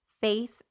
faith